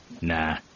Nah